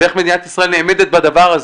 ואיך מדינת ישראל נעמדת בדבר הזה.